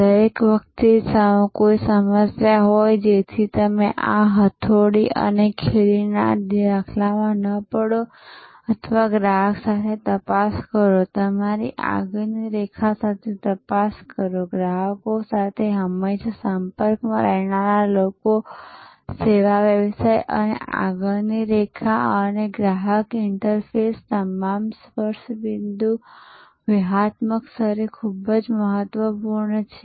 દર વખતે કોઈ સમસ્યા હોય જેથી તમે આ હથોડી અને ખીલીના દાખલામાં ન પડો અથવા ગ્રાહક સાથે તપાસ કરો તમારા કર્મચારીઓ સાથે તપાસ કરો તમારી આગળની રેખા સાથે તપાસ કરો ગ્રાહકો સાથે હંમેશા સંપર્કમાં રહેનારા લોકો સેવા વ્યવસાય આગળની રેખા અને ગ્રાહક ઇન્ટરફેસ તમામ સ્પર્શ બિંદુ વ્યૂહાત્મક સ્તરે પણ ખૂબ જ મહત્વપૂર્ણ છે